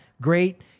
Great